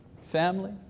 family